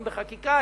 אם בחקיקה,